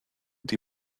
die